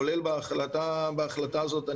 כולל בהחלטה הזאת.